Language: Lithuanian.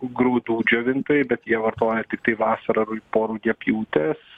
grūdų džiovintojai bet jie vartoja tiktai vasarą po rugiapjūtės